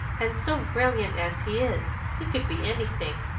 and so brilliant as he is! he could be anything.